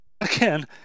again